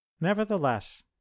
nevertheless